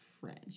French